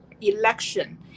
election